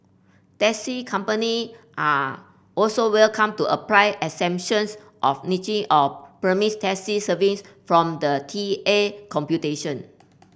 taxi company are also welcome to apply exemptions of niche or premiums taxi service from the T A computation